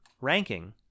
ranking